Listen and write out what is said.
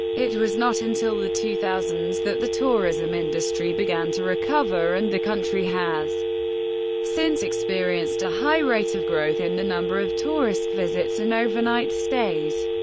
it was not until the two thousand s that the tourism industry began to recover, and the country has since experienced a high rate of growth in the number of tourist visits and overnight stays.